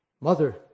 Mother